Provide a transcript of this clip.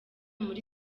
muri